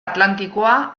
atlantikoa